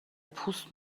پوست